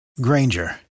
Granger